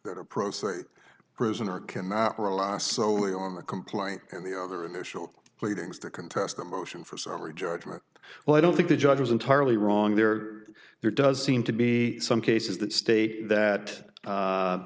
that a pro se prisoner cannot rely solely on the complaint and the other initial pleadings to contest a motion for summary judgment well i don't think the judge was entirely wrong there there does seem to be some cases that state that